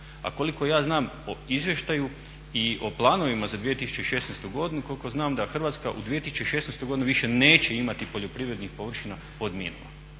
A koliko ja znam po izvještaju i o planovima za 2016. godinu koliko znam da Hrvatska u 2016. godini više neće imati poljoprivrednih površina pod minama.